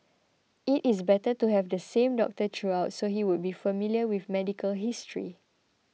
it is better to have the same doctor throughout so he would be familiar with medical history